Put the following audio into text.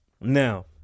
Now